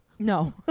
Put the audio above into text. No